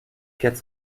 quatre